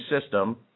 system